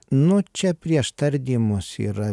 nu čia prieš tardymus yra